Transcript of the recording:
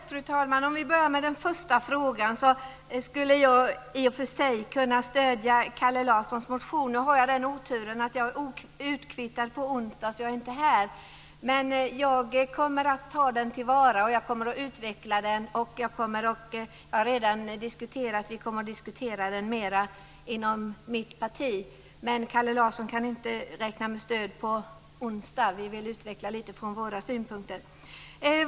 Fru talman! Jag börjar med den första frågan. Jag skulle i och för sig kunna stödja Kalle Larssons motion. Nu har jag oturen att vara utkvittad på onsdag, så jag är inte här då. Men jag kommer att ta den till vara och utveckla den. Vi kommer att diskutera den mer inom mitt parti. Men Kalle Larsson kan inte räkna med stöd på onsdag. Vi vill utveckla frågan lite utifrån våra synpunkter.